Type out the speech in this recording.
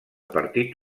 partit